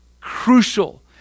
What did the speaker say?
crucial